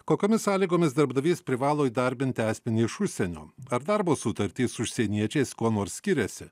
kokiomis sąlygomis darbdavys privalo įdarbinti asmenį iš užsienio ar darbo sutartys su užsieniečiais kuo nors skiriasi